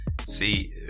see